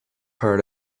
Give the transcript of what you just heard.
heard